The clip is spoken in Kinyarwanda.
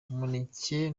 umuneke